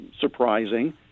surprising